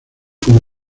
como